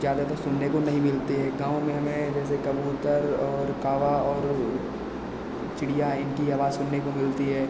ज़्यादातर सुनने को नहीं मिलती है गाँव में हमें जैसे कबूतर और कागा और चिड़ियाँ इनकी आवाज़ सुनने को मिलती है